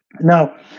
Now